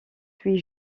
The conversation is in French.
huit